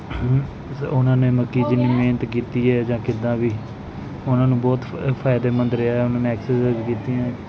ਉਹਨਾਂ ਨੇ ਮਤਲਬ ਕਿ ਜਿੰਨੀ ਮਿਹਨਤ ਕੀਤੀ ਹੈ ਜਾਂ ਕਿੱਦਾਂ ਵੀ ਉਹਨਾਂ ਨੂੰ ਬਹੁਤ ਫਾਏ ਫ਼ਾਇਦੇਮੰਦ ਰਿਹਾ ਉਹਨਾਂ ਨੇ ਐਕਸਰਸਾਈਜ਼ ਕੀਤੀਆਂ